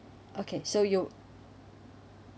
okay so you